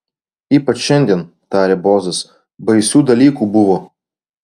ypač šiandien tarė bozas baisių dalykų buvo